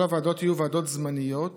כל הוועדות יהיו ועדות זמניות